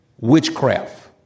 witchcraft